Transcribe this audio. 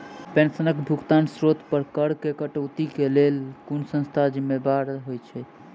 पेंशनक भुगतानक स्त्रोत पर करऽ केँ कटौतीक लेल केँ संस्था जिम्मेदार होइत छैक?